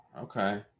Okay